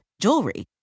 jewelry